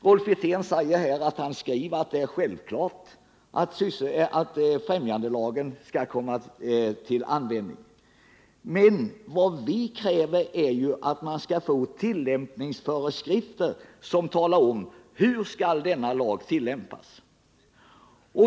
Rolf Wirtén framhåller här att han i propositionen understryker att främjandelagen självfallet skall komma till användning. Men vad vi kräver är föreskrifter som talar om hur denna lag skall tillämpas.